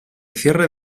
cierre